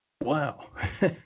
wow